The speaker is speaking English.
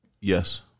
Yes